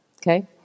okay